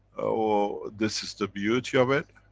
so this is the beauty of it